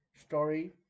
story